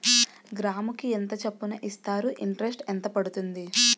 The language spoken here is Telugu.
గ్రాముకి ఎంత చప్పున ఇస్తారు? ఇంటరెస్ట్ ఎంత పడుతుంది?